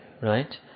right